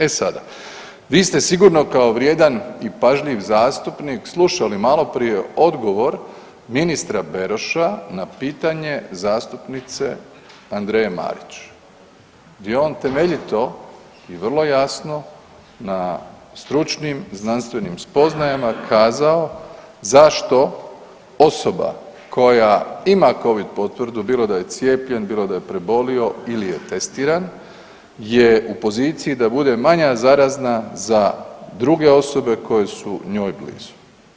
E sada, vi ste sigurno kao vrijedan i pažljiv zastupnik slušali maloprije odgovor ministra Beroša na pitanje zastupnice Andreje Marić gdje je on temeljito i vrlo jasno na stručnim znanstvenim spoznajama kazao zašto osoba koja ima Covid potvrdu, bilo da je cijepljen, bilo da je prebolio ili je testiran je u poziciji da bude manja zarazna za druge osobe koje su njoj blizu.